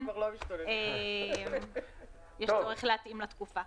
לכן יש צורך להתאים לתקופה.